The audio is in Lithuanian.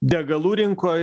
degalų rinkoj